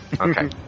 Okay